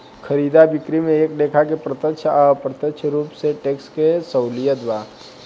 खरीदा बिक्री में एक लेखा के प्रत्यक्ष आ अप्रत्यक्ष रूप से टैक्स के सहूलियत बा